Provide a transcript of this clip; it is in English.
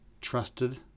trusted